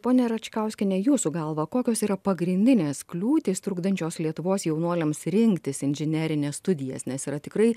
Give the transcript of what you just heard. ponia račkauskiene jūsų galva kokios yra pagrindinės kliūtys trukdančios lietuvos jaunuoliams rinktis inžinerines studijas nes yra tikrai